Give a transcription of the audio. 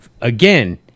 again